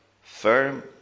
firm